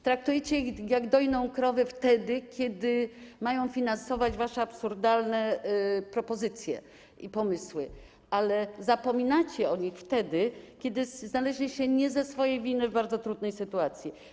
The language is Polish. Traktujecie ich jak dojną krowę wtedy, kiedy mają finansować wasze absurdalne propozycje i pomysły, ale zapominacie o nich wtedy, kiedy znaleźli się nie ze swojej winy w bardzo trudnej sytuacji.